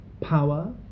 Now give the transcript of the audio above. power